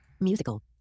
musical